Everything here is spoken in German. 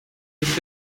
mich